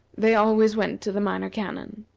they always went to the minor canon.